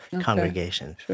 congregation